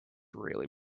really